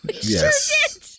Yes